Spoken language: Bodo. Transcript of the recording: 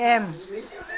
एम